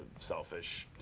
selfish